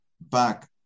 back